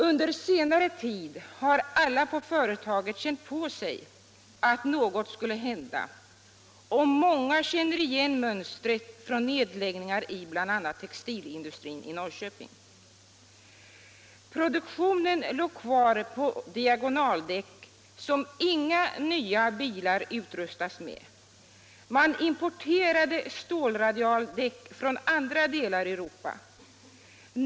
Under senare tid har alla på företaget känt på sig att något skulle hända, och många har märkt att mönstret varit detsamma som vid nedläggningar i bl.a. textilindustrin i Norrköping. Produktionen av diagonaldäck, som inga nya bilar utrustas med, låg kvar, medan man importerade stålradialdäck från andra delar av Europa.